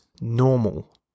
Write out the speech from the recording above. normal